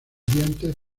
dientes